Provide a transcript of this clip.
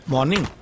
Morning